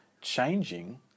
changing